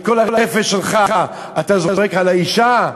את כל הרפש שלך אתה זורק על האישה?